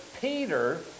Peter